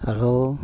hello